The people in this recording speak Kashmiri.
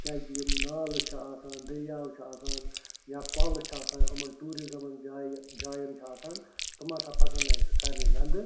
کیٛازکہِ یِم نالہٕ چھِ آسان دٔریاو چھِ آسان یا کوٚلہٕ چھِ آسان یِمَن ٹیٛوٗرِزٕمَن جایہِ جایَن چھِ آسان تِم ہَسا پَزَن نہٕ اسہِ کَرنہِ گَنٛدٕ